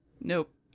Nope